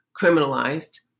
criminalized